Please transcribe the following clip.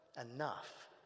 enough